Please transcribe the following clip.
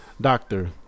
Doctor